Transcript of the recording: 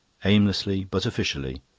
aimlessly but officially,